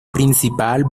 principal